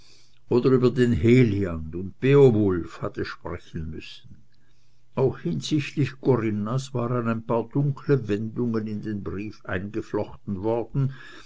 oder über den heliand und beowulf hatte sprechen müssen auch hinsichtlich corinnas waren ein paar dunkle wendungen in den brief eingeflochten worden